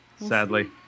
Sadly